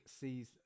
sees